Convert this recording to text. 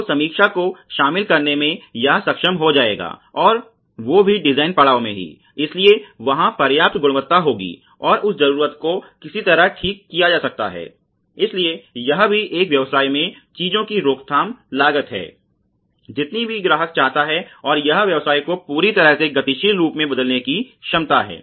तो समीक्षा को शामिल करने में यह सक्षम हो जाएगा और वो भी डिजाइन पड़ाव में ही इसलिए वहाँ पर्याप्त गुणवत्ता होगी और उस ज़रूरत को किसी तरह ठीक किया जा सकता है इसलिए यह भी एक व्यवसाय में चीजों की रोकथाम लागत है जितनी भी ग्राहक चाहता है और यह व्यवसाय को पूरी तरह से गतिशील रूप से बदलने की क्षमता है